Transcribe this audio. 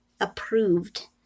approved